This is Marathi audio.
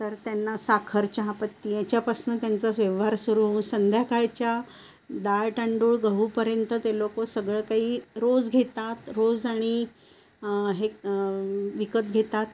तर त्यांना साखर चहापत्ती याच्यापासून त्यांचाच व्यवहार सुरू होऊ संध्याकाळच्या डाळ तांदूळ गहूपर्यंत ते लोक सगळं काही रोज घेतात रोज आणि हे विकत घेतात